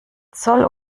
zoll